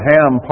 Ham